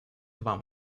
вам